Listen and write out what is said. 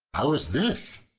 how is this?